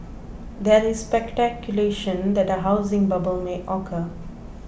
there is speculation that a housing bubble may occur